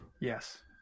yes